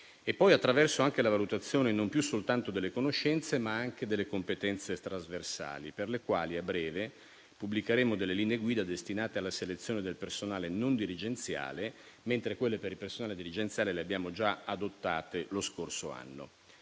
e poi, attraverso la valutazione non più soltanto delle conoscenze, ma anche delle competenze trasversali, a breve pubblicheremo linee guida destinate alla selezione del personale non dirigenziale, mentre quelle per il personale dirigenziale le abbiamo già adottate lo scorso anno.